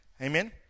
Amen